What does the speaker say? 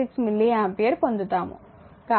106 milliampere పొందుతాము